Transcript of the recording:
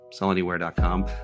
sellanywhere.com